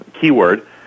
keyword